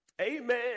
Amen